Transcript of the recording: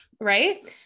Right